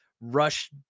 rush